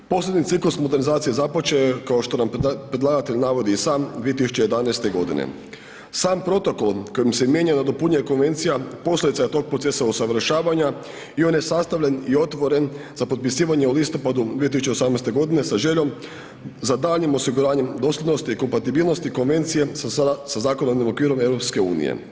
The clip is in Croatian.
Posljednji ciklus modernizacije započeo je, kao što nam predlagatelj navodi i sam, 2011. g. Sam protokol kojim se mijenja i nadopunjuje konvencija, posljedica je tog procesa usavršavanja i on je sastavljen i otvoren za potpisivanje u listopadu 2018. g. sa željom za daljnjim osiguranjem dosljednosti i kompatibilnosti konvencije sa zakonodavnim okvirom EU.